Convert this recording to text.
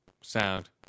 sound